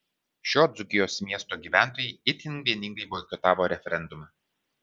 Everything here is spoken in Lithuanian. šio dzūkijos miesto gyventojai itin vieningai boikotavo referendumą